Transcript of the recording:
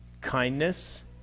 kindness